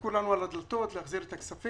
דפקו לנו על הדלתות להחזיר את הכספים,